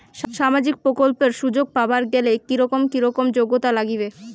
সামাজিক প্রকল্পের সুযোগ পাবার গেলে কি রকম কি রকম যোগ্যতা লাগিবে?